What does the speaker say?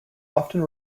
often